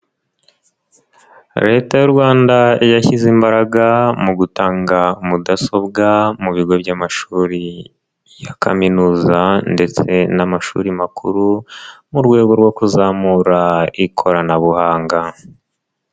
Leta y'u Rwanda yashyize imbaraga mu gutanga mudasobwa mu bigo by'amashuri ya kaminuza ndetse n'amashuri makuru mu rwego rwo kuzamura ikoranabuhanga.